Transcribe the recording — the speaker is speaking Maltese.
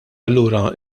allura